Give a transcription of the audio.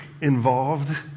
involved